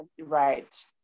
right